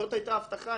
זאת הייתה ההבטחה.